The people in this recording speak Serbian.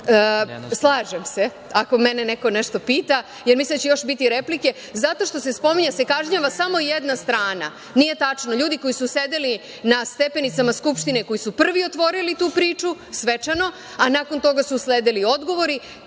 se, ako mene neko nešto pita, jer mislim da će još biti replike. Ali, spominje se da se kažnjava samo jedna strana. Nije tačno. Ljudi koji su sedeli na stepenicama Skupštine, koji su prvi otvorili tu priču, svečano, a nakon toga su usledili odgovori